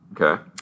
Okay